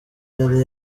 yari